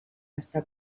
està